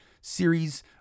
series